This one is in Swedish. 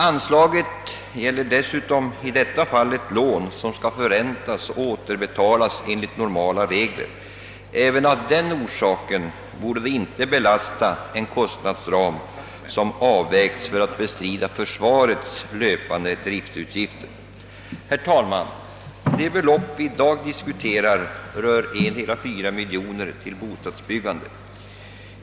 Anslaget gäller dessutom här ett lån, som skall förräntas och återbetalas enligt normala regler. Även av den orsaken borde man inte med lånet belasta en kostnadsram som avvägts för att bestrida försvarets löpande driftutgifter. Herr talman! Det belopp vi i dag diskuterar är 1,4 miljon till bostadsbyggande.